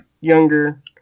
younger